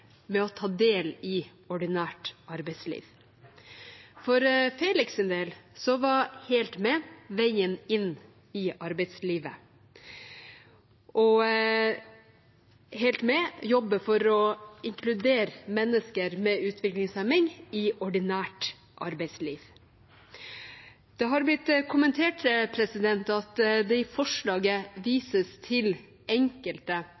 å ta del i ordinært arbeidsliv. For Felix’ del var Helt Med veien inn i arbeidslivet, og Helt Med jobber for å inkludere mennesker med utviklingshemming i ordinært arbeidsliv. Det har blitt kommentert at det i forslaget vises til enkelte